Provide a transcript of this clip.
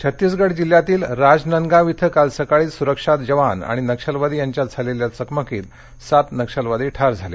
नक्षलवादी छत्तीसगड जिल्ह्यातील राजनांदगाव इथं काल सकाळी सुरक्षा जवान आणि नक्षलवादी यांच्यात झालेल्या चकमकीत सात नक्षलवादी ठार झाले